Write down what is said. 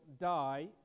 die